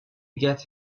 get